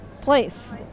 place